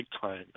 time